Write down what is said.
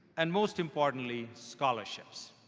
and most importantly scholarships.